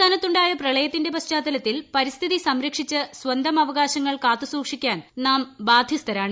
സംസ്ഥാനത്തുണ്ടായ പ്രളയത്തിന്റെ പശ്ചാത്ത ലത്തിൽ പരിസ്ഥിതി സംരക്ഷിച്ച് സ്വന്തം അവകാശങ്ങൾ കാത്തു സൂക്ഷി ക്കാൻ നാം ബാധ്യസ്ഥരാണ്